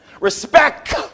respect